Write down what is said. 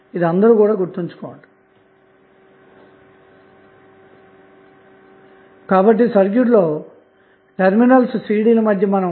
సరే ఈ గరిష్ట పవర్ పరిస్థితిని మనం ఎలా కనుక్కొన్నాము